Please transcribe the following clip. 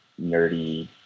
nerdy